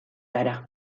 gara